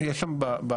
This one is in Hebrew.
יש שם במסחר,